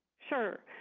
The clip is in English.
sure.